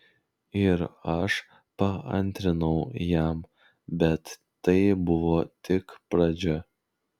ir aš paantrinau jam bet tai buvo tik pradžia